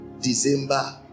December